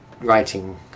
writing